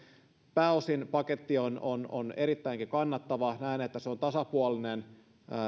pääosin paketti on on erittäinkin kannatettava näen että se on tasapuolinen